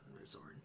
resort